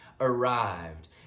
arrived